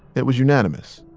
it was unanimous,